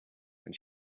when